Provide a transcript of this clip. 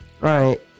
right